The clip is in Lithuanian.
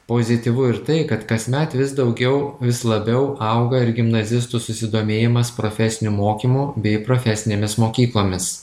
pozityvu ir tai kad kasmet vis daugiau vis labiau auga ir gimnazistų susidomėjimas profesiniu mokymu bei profesinėmis mokyklomis